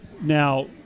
now